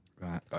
Right